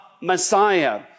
Messiah